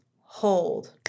hold